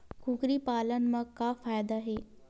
कुकरी पालन म का फ़ायदा हे?